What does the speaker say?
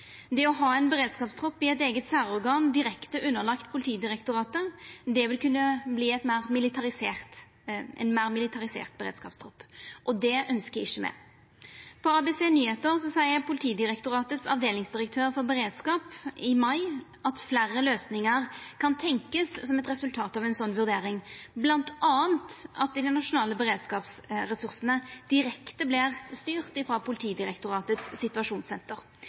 preg. Det å ha ein beredskapstropp i eit eige særorgan direkte underlagt Politidirektoratet vil kunna føra til ein meir militarisert beredskapstropp, og det ønskjer ikkje me. På ABC Nyheter sa Politidirektoratets avdelingsdirektør for beredskap i mai at fleire løysingar kan tenkast som eit resultat av ei sånn vurdering, bl.a. at dei nasjonale beredskapsressursane vert styrte direkte frå Politidirektoratets situasjonssenter.